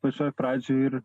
pačioj pradžioj ir